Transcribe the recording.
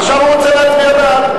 עכשיו הוא רוצה להצביע בעד.